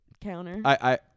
counter